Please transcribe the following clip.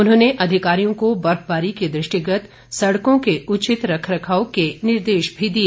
उन्होंने अधिकारियों को बर्फबारी के दृष्टिगत सड़कों के उचित रखरखाव के निर्देश भी दिए